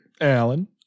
Alan